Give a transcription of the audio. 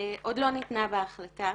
עוד לא ניתנה בה החלטה.